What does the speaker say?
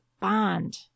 bond